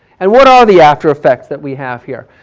and what are the after effects that we have here?